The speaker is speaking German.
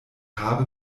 habe